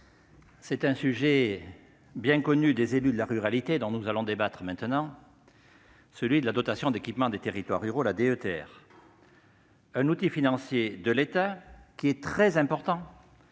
c'est un sujet bien connu des élus de la ruralité dont nous allons débattre maintenant : celui de la dotation d'équipement des territoires ruraux, la DETR. Il s'agit d'un outil financier de l'État très important